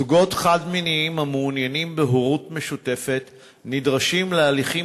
זוגות חד-מיניים המעוניינים בהורות משותפת נדרשים להליכים